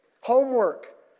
Homework